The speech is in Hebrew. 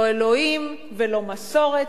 לא אלוקים ולא מסורת,